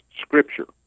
Scripture